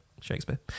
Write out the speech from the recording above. Shakespeare